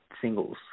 singles